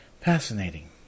fascinating